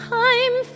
time